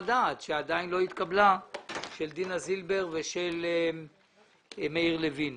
דעת שעדיין לא התקבלה של דינה זילבר ושל מאיר לוין.